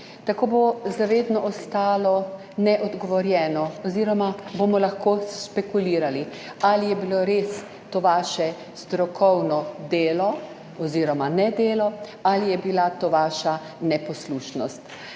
Tako bo za vedno ostalo neodgovorjeno oziroma bomo lahko špekulirali, ali je bilo res to vaše strokovno delo oziroma nedelo ali je bila to vaša neposlušnost?